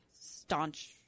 staunch